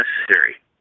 necessary